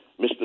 Mr